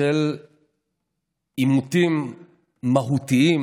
של עימותים מהותיים,